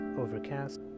Overcast